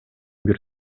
бир